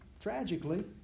tragically